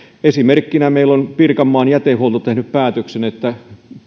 esimerkkinä meillä on pirkanmaan jätehuolto tehnyt päätöksen että